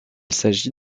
s’agit